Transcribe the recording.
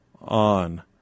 on